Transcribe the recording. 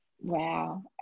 Wow